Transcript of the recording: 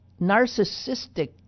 narcissistic